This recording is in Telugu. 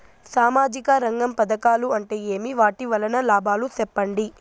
సామాజిక రంగం పథకాలు అంటే ఏమి? వాటి వలన లాభాలు సెప్పండి?